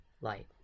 light